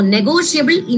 Negotiable